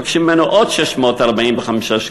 מבקשים ממנו עוד 645 שקלים,